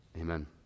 Amen